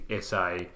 SA